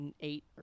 eight